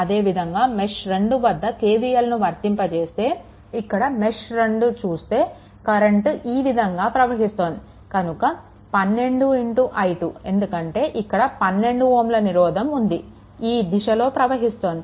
అదేవిధంగా మెష్2 వద్ద KVLను వర్తింపజేస్తే ఇక్కడ మెష్2 చూస్తే కరెంట్ ఈ విధంగా ప్రవహిస్తోంది కనుక 12i2 ఎందుకంటే ఇక్కడ 12 Ω నిరోధం ఉంది ఈ దిశలో ప్రవహిస్తోంది